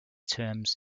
terms